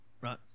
right